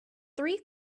three